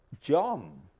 John